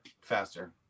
faster